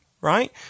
right